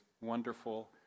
wonderful